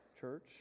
Church